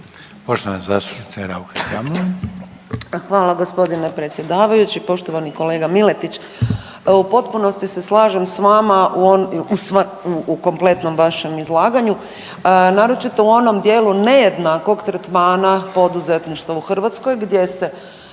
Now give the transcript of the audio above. Urša (Možemo!)** Hvala gospodine predsjedavajući. Poštovani kolega Miletić u potpunosti se slažem s vama u kompletnom vašem izlaganju, naročito u onom dijelu nejednakog tretmana poduzetništva u Hrvatskoj gdje se